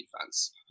defense